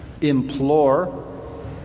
implore